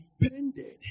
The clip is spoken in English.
depended